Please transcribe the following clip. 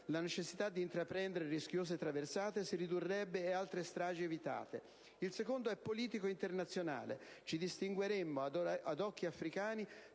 la necessità di intraprendere rischiose traversate si ridurrebbe ed altre stragi sarebbero evitate. Il secondo è politico internazionale: ci distingueremmo ad occhi africani